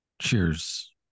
Cheers